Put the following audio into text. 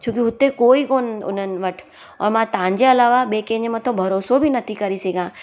छोकी हुते कोई कोन्ह उन्हनि वटि और मां तव्हांजे अलावा ॿिए कंहिंजे मथां भरोसो बि नथी करी सघां